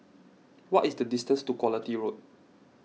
what is the distance to Quality Road